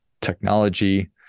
technology